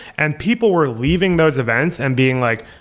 and people were leaving those events and being like,